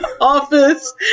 office